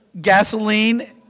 Gasoline